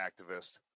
activist